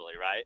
right